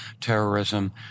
terrorism